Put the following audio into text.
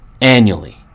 annually